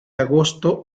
agosto